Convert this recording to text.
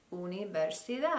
universidad